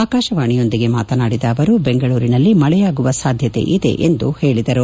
ಆಕಾಶವಾಣಿಯೊಂದಿಗೆ ಮಾತನಾಡಿದ ಅವರು ಬೆಂಗಳೂರಿನಲ್ಲಿ ಮಳೆಯಾಗುವ ಸಾಧ್ಣತೆಯಿದೆ ಎಂದು ಹೇಳದರು